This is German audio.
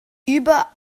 über